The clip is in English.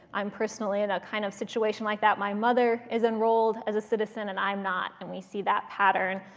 i'm personally in a kind of situation like that. my mother is enrolled as a citizen and i'm not. and we see that pattern,